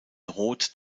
rot